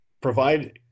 provide